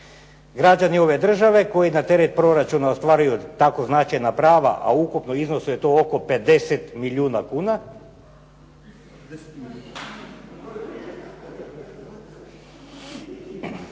Građani ove države koji na teret proračuna ostvaruju tako značajna prava a u ukupnom iznosu je to oko 50 milijuna kuna.